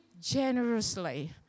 generously